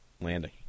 landing